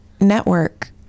Network